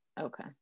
Okay